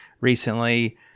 recently